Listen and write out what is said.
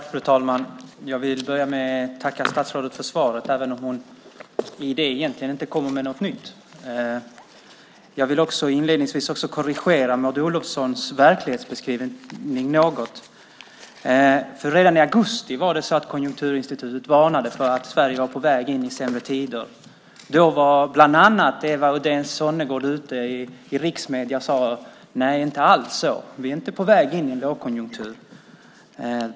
Fru talman! Jag vill börja med att tacka statsrådet för svaret även om hon i det egentligen inte kommer med något nytt. Jag vill inledningsvis också korrigera Maud Olofssons verklighetsbeskrivning något. Redan i augusti varnade Konjunkturinstitutet för att Sverige var på väg in i sämre tider. Då var bland andra Eva Uddén Sonnegård ute i riksmedierna och sade att det inte alls var så och att vi inte alls var på väg in i någon lågkonjunktur.